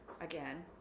again